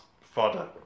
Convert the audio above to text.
fodder